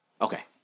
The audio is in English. Okay